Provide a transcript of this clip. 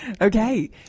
Okay